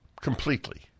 Completely